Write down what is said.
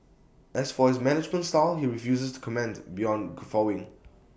as for his management style he refuses to comment beyond guffawing